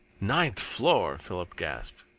ninth floor! philip gasped.